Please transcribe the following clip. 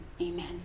amen